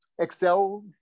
Excel